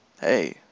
hey